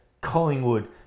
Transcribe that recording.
Collingwood